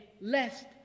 Lest